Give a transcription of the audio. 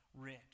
rich